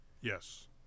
Yes